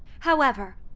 however,